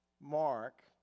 Mark